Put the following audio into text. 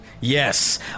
Yes